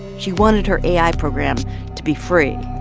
she wanted her ai program to be free,